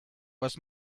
was